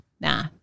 Nah